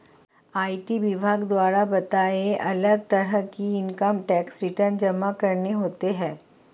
IT विभाग द्वारा बताए, अलग तरह के इन्कम टैक्स रिटर्न जमा करने होते है